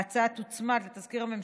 ההצעה תוצמד לתזכיר הממשלתי,